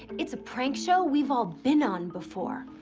it's a prank show we've all been on before.